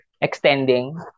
extending